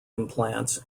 implants